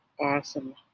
awesome